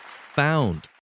found